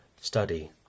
Study